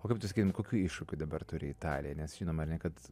o kaip tu sakytum kokių iššūkių dabar turi italijoj nes žinoma kad